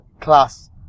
class